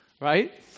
right